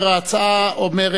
ההצעות,